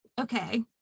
okay